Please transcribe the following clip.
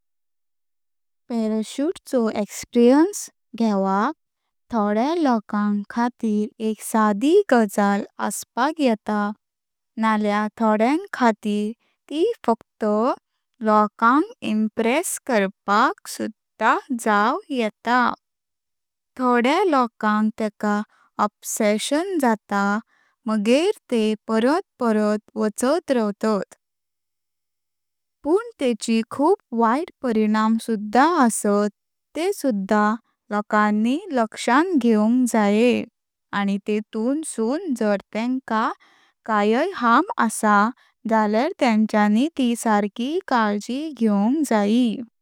पॅराशूट चो एक्स्पीरीयन्स घेवप थोडया लोकांच खातीर एक सादी गजाल असपाक येता नाल्या थोड्यांक खातीर त फक्त लोकांक इम्प्रेस करपाक सुद्धा जाव येता पण थोडया लोकांक तेका ऑब्सेशन जातां माघर ते परत परत वचत रावतात, पण तेची खूप वायट परिणाम सुद्धा असतात ते सुद्धा लोकांनी लक्षां घेवक जायें आणि तेतून सुन जर तेंका कायय हार्म असा झाल्यार तेंच्यानी त सर्की काळजी घेवक जाय।